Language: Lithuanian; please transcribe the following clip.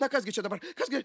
na kas gi čia dabar kas gi